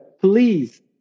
please